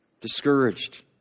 Discouraged